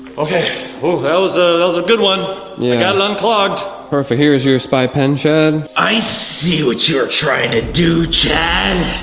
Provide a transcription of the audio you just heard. okay woo, what was ah was a good one and got it unclogged. perfect. here is your spy pen, chad. i see what you were trying to do, chad.